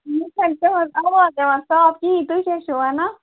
مےٚ چھَنہٕ تہٕنز آواز یِوان صاف کِہیٖنۍ تُہۍ کیاہ چھو وَنان